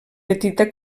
petita